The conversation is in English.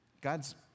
God's